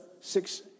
six